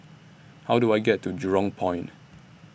How Do I get to Jurong Point